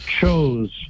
chose